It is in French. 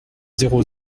zéro